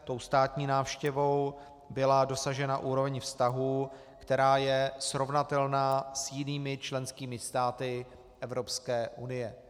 Tou státní návštěvou byla dosažena úroveň vztahů, která je srovnatelná s jinými členskými státy EU.